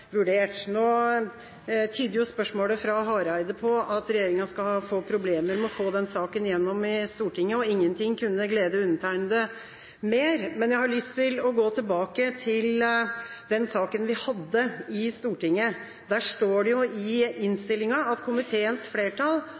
vurdert. Nå tyder jo spørsmålet fra representanten Hareide på at regjeringa skal få problemer med å få den saken igjennom i Stortinget, og ingenting ville gledet undertegnede mer. Men jeg har lyst til å gå tilbake til den saken vi behandlet i Stortinget. Der står det jo i innstillinga: «Komiteens flertall,